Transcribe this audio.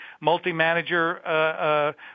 multi-manager